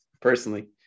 personally